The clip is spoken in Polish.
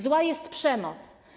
Zła jest przemoc.